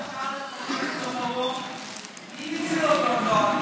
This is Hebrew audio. תשאל את פרופ' ברהום מי הציל אותו אם לא אני.